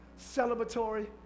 celebratory